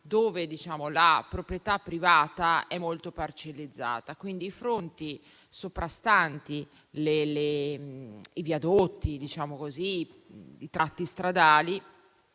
dove la proprietà privata è molto parcellizzata, quindi i fronti sovrastanti i viadotti e i tratti stradali